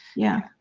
yeah.